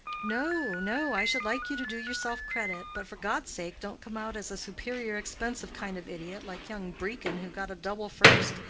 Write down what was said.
no, no. i should like you to do yourself credit, but for god's sake don't come out as a superior expensive kind of idiot, like young brecon, who got a double first,